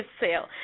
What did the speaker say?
sale